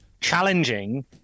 challenging